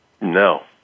No